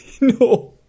No